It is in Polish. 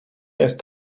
jest